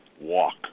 walk